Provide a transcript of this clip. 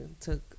took